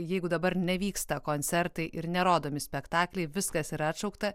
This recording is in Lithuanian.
jeigu dabar nevyksta koncertai ir nerodomi spektakliai viskas yra atšaukta